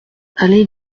allée